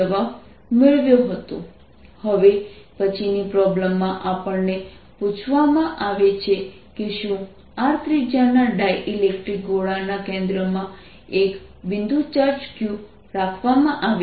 rr Pr3 14π0 r3× 4π3R3P P30 હવે પછીની પ્રોબ્લેમમાં આપણને પૂછવામાં આવે છે કે શું R ત્રિજ્યા ના ડાઇલેક્ટ્રિક ગોળાના કેન્દ્રમાં એક બિંદુ ચાર્જ q રાખવામાં આવે છે